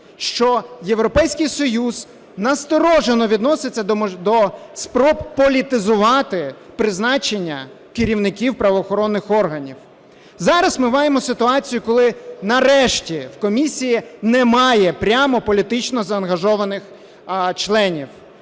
що Європейський Союз насторожено відноситься до спроб політизувати призначення керівників правоохоронних органів. Зараз ми маємо ситуацію, коли нарешті в комісії немає прямо політично заангажованих членів.